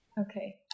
Okay